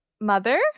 mother